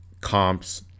comps